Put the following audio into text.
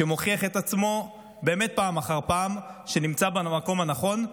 שמוכיח באמת פעם אחר פעם שהוא נמצא במקום הנכון.